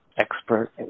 expert